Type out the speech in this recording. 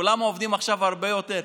כולם עובדים עכשיו הרבה יותר,